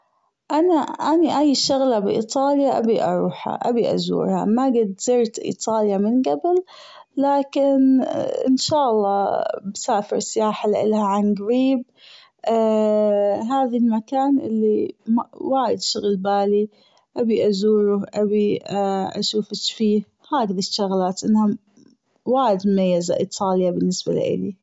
أنا أني أي شغلة بإيطاليا أبي أروحها أبي أزورها ما جد زرت إيطاليا من قبل لكن أن شالله بسافر سياحة لألها عن قريب هذا المكان اللي وايد شاغل بالي ابي ازوره ابي أشوف أيش فيه هذه الشغلات وايد مميزة إيطاليا بالنسبة لألي.